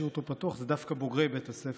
אותו פתוח הם דווקא בוגרי בית הספר,